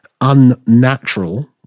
unnatural